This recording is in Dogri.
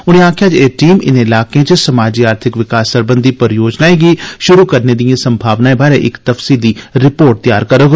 उनें आक्खेया जे एह टीम इनें इलाकें च समाजी आर्थिक विकास सरबंधी परियोजनाएं गी श्रु करने दियें संभावनाएं बारै इक तफसीली रिपोर्ट त्यार करोग